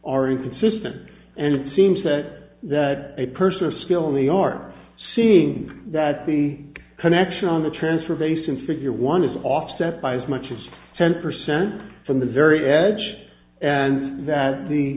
are inconsistent and it seems that a person are still in the are seeing that the connection on the transfer face and figure one is offset by as much as ten percent from the very edge and that the